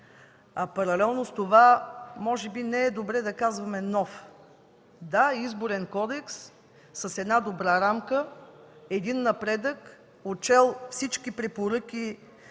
Паралелно с това може би не е добре да казваме „нов”. Да, Изборен кодекс с една добра рамка, един напредък, отчел всички препоръки